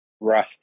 Rust